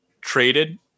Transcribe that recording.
traded